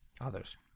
others